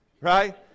right